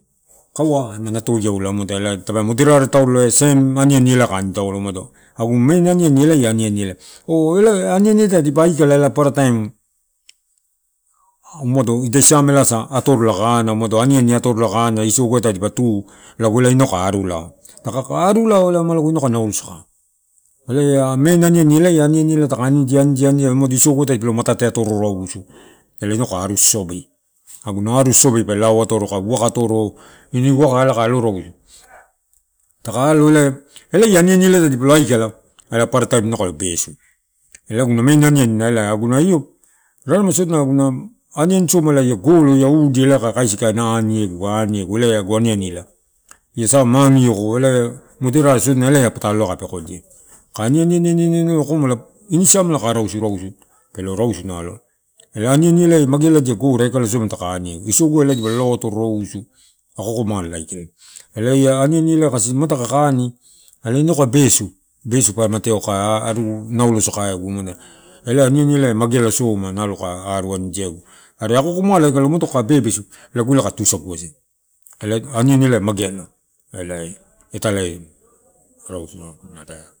Kaua ma natoiaula muatai la lago moderare taule same aniani eh kai ani taulo umado agu main aniani aniani ia ela ia elai. Oh elai ia aniani eh tadipa aikala umado ida siamela atorola kai ana umado amani atorola kai ana umado isoguai tadipa tu, ela inau kai ana umado isoguai tadipa tu, ela inau kai aru lalau. Ka aru lalau ma logo inau kai naulo saka, elai la ela main aniani taka anidi, anidi, anidi, umado isogu ai tadi palama matate atororausu, ela inau ka aru sosobi. Aguna arusosobi pe lau atoro, ini uwaka kai alo rausu, taka alo ela, ela la aniani tadi polo aikala ela, inau kai besu. Ela aguna main anianimala, raremai sodina aguna io golo ia udi, ela ka kaisi ka ani egu aniegu, ela agu aniani ia sa mamioko ela, moderare sodina ela ia patalo ela kai pekodia. Kai aniani aniani aniani aniani akomala ini siamela kai lo arausu pelo rausu nalo. Elai ia aniani elai magealadia gore aikala soma taka aniegu, isogua ela dipole lauatoro rausu ako akomala aika. Elai ia aniani ela taka, ka, ana ela ina kai besu. Besu pe amateau kai aru naulo saka egu, elai ia aniani eh mageala soma nalo kai aru anidia egu. Are akoakomala ika are ma taka bebesu lago ela kai tusaguasa elai ia aniani ela ia mageala, elai italai ma rausu.